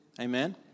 amen